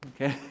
Okay